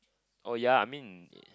oh ya I mean